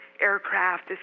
aircraft